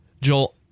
Joel